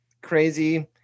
crazy